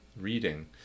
reading